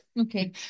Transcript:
Okay